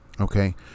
okay